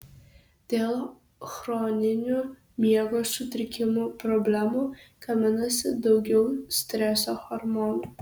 dėl chroninių miego sutrikimo problemų gaminasi daugiau streso hormonų